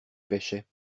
pêchaient